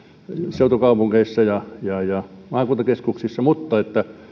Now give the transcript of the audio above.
seutukaupungeissa ja ja maakuntakeskuksissa mutta